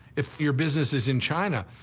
if your business is in china,